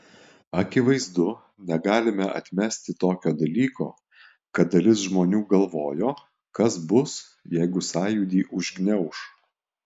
akivaizdu negalime atmesti tokio dalyko kad dalis žmonių galvojo kas bus jeigu sąjūdį užgniauš